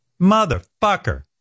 motherfucker